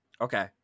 Okay